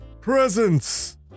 presents